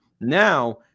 now